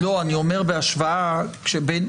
זה בהשוואה לקואליציה.